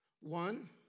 One